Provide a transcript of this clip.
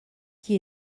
qui